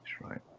right